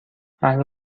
اهل